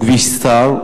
הוא כביש צר,